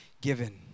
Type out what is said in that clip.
given